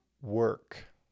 work